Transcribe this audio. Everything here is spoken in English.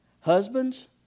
Husbands